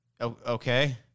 okay